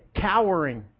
cowering